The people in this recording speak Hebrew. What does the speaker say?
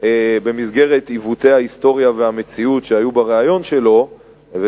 במסגרת עיוותי ההיסטוריה והמציאות שהיו בריאיון שלו בערוץ הראשון,